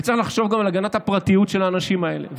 וצריך לחשוב גם על הגנת הפרטיות של האנשים האלה.